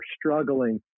struggling